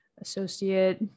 associate